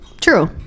true